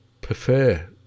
prefer